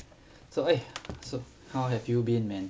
so !hey! how have you been man